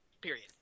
period